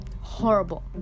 horrible